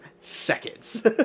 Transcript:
seconds